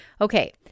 Okay